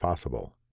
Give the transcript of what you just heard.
possible.